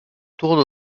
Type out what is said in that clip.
tour